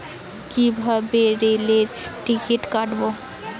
কিভাবে রেলের টিকিট কাটব?